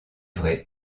vrai